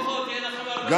יהיה לכם הרבה,